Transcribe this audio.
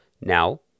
Now